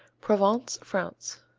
provence, france,